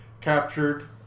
captured